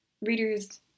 readers